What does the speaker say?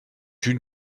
une